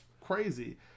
crazy